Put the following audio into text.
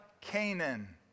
Canaan